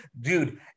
Dude